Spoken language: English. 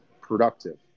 productive